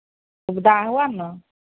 सुविधा हुआ ना